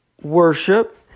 worship